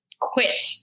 quit